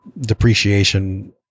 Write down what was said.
depreciation